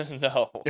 No